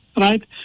right